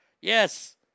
Yes